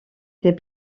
des